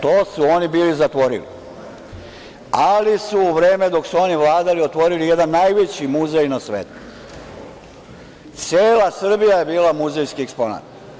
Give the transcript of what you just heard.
To su oni bili zatvorili, ali su u vreme dok su oni vladali otvorili jedan najveći muzej na svetu – cela Srbija je bila muzejski eksponat.